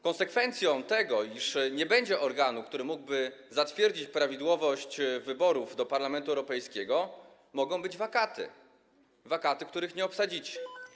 Konsekwencją tego, iż nie będzie organu, który mógłby zatwierdzić prawidłowość wyborów do Parlamentu Europejskiego, mogą być wakaty, których nie obsadzicie.